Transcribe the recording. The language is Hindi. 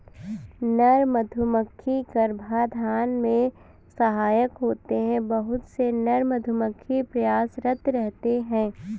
नर मधुमक्खी गर्भाधान में सहायक होते हैं बहुत से नर मधुमक्खी प्रयासरत रहते हैं